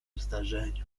zdarzeniu